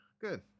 good